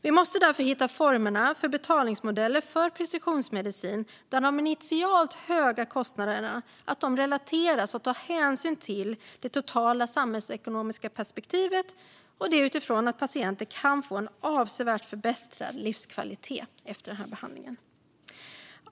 Vi måste därför hitta former för betalningsmodeller för precisionsmedicin där de initialt höga kostnaderna relateras och tar hänsyn till det totala samhällsekonomiska perspektivet utifrån att patienter kan få en avsevärt förbättrad livskvalitet efter behandlingen.